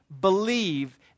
believe